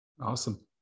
Awesome